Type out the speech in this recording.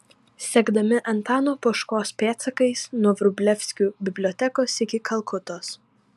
sekdami antano poškos pėdsakais nuo vrublevskių bibliotekos iki kalkutos